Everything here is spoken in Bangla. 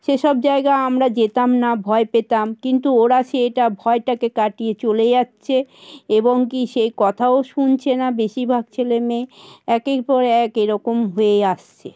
সেসব জায়গা আমরা যেতাম না ভয় পেতাম কিন্তু ওরা সেইটা ভয়টাকে কাটিয়ে চলে যাচ্ছে এবং কী সেই কথাও শুনছে না বেশিরভাগ ছেলে মেয়ে একের পর এক এরকম হয়ে আসছে